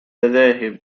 ذاهب